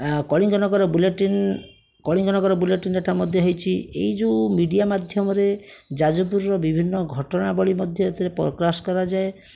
ଆ Kalinganagar bulletin Kalinganagar bulletin ଏଇଟା ମଧ୍ୟ ହେଇଛି ଏଇ ଯେଉଁ ମିଡ଼ିଆ ମାଧ୍ୟମରେ ଯାଜପୁରର ବିଭିନ୍ନ ଘଟଣାବଳୀ ମଧ୍ୟ ଏଥିରେ ପ୍ରକାଶ କରାଯାଏ